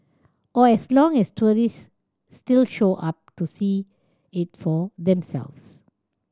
or as long as tourists still show up to see it for themselves